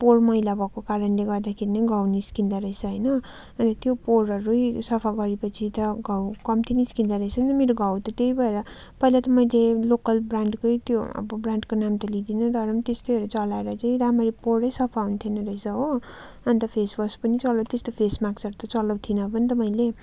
पोर मैला भएको कारणले गर्दाखेरि नै यो घाउ निस्कँदो रहेछ होइन अनि त्यो पोरहरू सफा गरे पछि त घाउ कम्ती निस्कँदो रहेछ नि मेरो घाउ त त्यही भएर पहिला त मैले लोकल ब्रान्डको त्यो अब ब्रान्डको नाम त लिदिँनँ र पनि त्यस्तोहरू चलाएर चाहिँ राम्ररी पोर सफा हुन्थेन रहेछ हो अनि त फेस वास पनि चल्यो त्यस्तो फेस मास्कहरू त चलाउँथिइनँ पनि त मैले